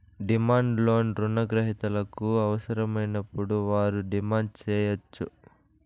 demand loan రుణ గ్రహీతలకు అవసరమైనప్పుడు వారు డిమాండ్ సేయచ్చు